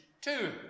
two